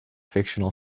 fictional